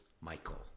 Michael